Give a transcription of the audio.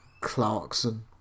Clarkson